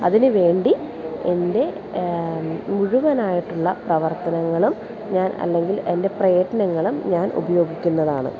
അതിന് വേണ്ടി എൻ്റെ മുഴുവനായിട്ടുള്ള പ്രവർത്തനങ്ങളും ഞാൻ അല്ലെങ്കിൽ എൻ്റെ പ്രയത്നങ്ങളും ഞാൻ ഉപയോഗിക്കുന്നതാണ്